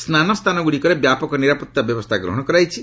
ସ୍ନାନ ସ୍ଥାନଗୁଡ଼ିକରେ ବ୍ୟାପକ ନିରାପତ୍ତା ବ୍ୟବସ୍ଥା ଗ୍ରହଣ କରାଯାଇଛି